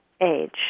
age